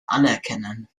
anerkennen